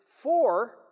four